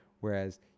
Whereas